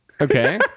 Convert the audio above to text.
Okay